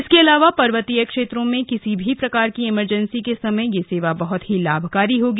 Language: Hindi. इसके अलावा पर्वतीय क्षेत्रों में किसी भी प्रकार की इमरजेंसी के समय यह सेवा बहुत ही लाभकारी होगी